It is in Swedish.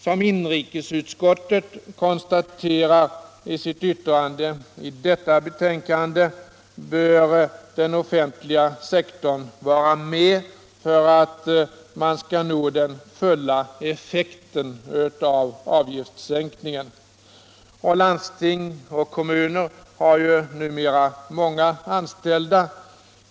Som inrikesutskottet konstaterar i sitt yttrande vid detta betänkande, bör den offentliga sektorn vara med för att man skall nå den fulla effekten av avgiftssänkningen. Landsting och kommuner har ju numera många anställda.